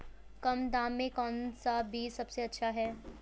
कम दाम में कौन सा बीज सबसे अच्छा है?